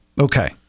okay